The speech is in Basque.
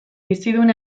bizidun